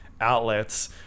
Outlets